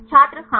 छात्र हाँ